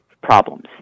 problems